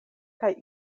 kaj